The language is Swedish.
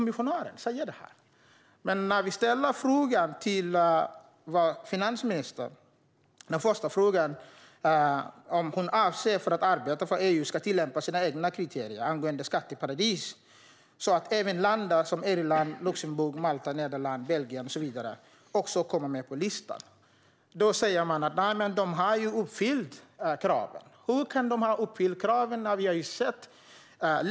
Min första fråga i interpellationen till finansministern var om hon avser att arbeta för att EU ska tillämpa sina egna kriterier angående skatteparadis så att även länder som Irland, Luxemburg, Malta, Nederländerna, Belgien och så vidare kommer med på listan. Hon svarar: Nej, de har ju uppfyllt kraven. Hur kan de ha uppfyllt kraven?